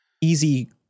easy